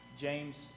James